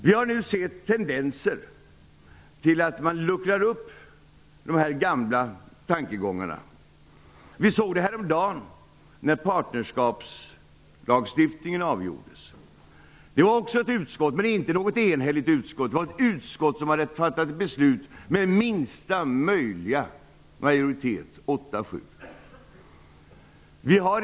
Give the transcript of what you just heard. Vi har nu sett tendenser till att man luckrar upp de gamla tankegångarna. Vi såg det häromdagen när frågan om partnerskapslagstiftningen avgjordes. Det var inte något enhälligt utskott som fattade beslut; beslutet fattades med minsta möjliga majoritet: 8--7.